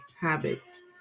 Habits